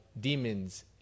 demons